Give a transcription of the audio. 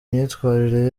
imyitwarire